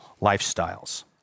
lifestyles